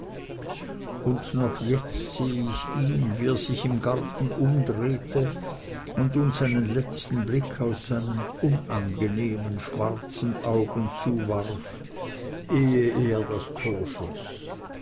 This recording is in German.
und noch jetzt seh ich ihn wie er sich im garten umdrehte und uns einen letzten blick aus seinen unangenehmen schwarzen augen zuwarf ehe er das